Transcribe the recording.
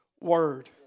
word